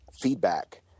feedback